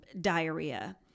diarrhea